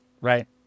right